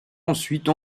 ensuite